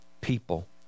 people